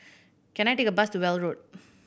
can I take a bus to Weld Road